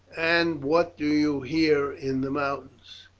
and what do you here in the mountains?